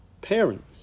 parents